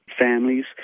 families